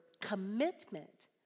commitment